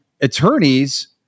attorneys